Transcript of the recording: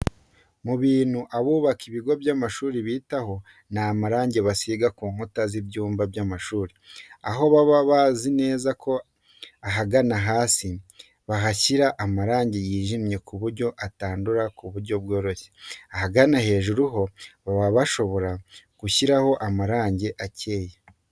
Mu bintu abubaka ibigo by'amashuri bitaho ni amarange basiga ku nkuta z'ibyumba by'amashuri, aho baba babizi neza ko ahagana hasi bahashyira amarange yijimye ku buryo atandura mu buryo bworoshye. Ahagana hejuru ho baba bashobora gushyiraho amarange akeye.